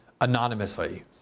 anonymously